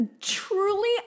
truly